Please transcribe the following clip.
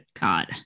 God